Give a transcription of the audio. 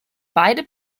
beide